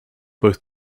both